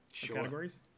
categories